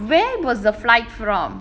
dey what where was the flight from